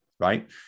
right